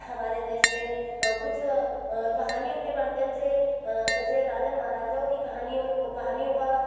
हमारे देश में कुछ कहानियों के माध्यम से जैसे राजा महाराजाओं की कहानियों कहानियों का